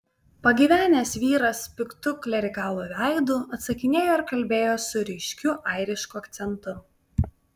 pagyvenęs vyras piktu klerikalo veidu atsakinėjo ir kalbėjo su ryškiu airišku akcentu